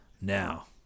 Now